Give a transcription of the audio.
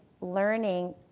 learning